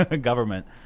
government